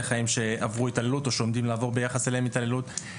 חיים שעברו התעללות או שעומדים לעבור ביחס אליהם התעללות.